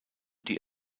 die